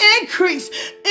increase